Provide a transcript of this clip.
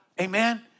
Amen